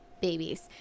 babies